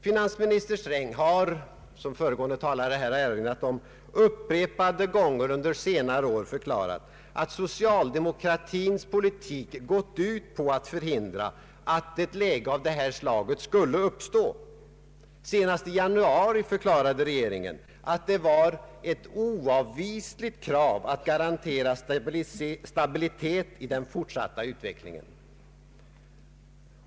Finansminister Sträng har, som föregående talare erinrade om, upprepade gånger under senare år förklarat att socialdemokratins politik gått ut på att förhindra att ett läge av detta slag skulle uppstå. Senast i januari förklarade regeringen att det var ”ett oavvisligt krav... att garantera stabilitet i den fortsatta utvecklingen”.